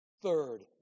Third